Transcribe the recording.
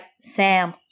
Sam